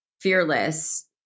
fearless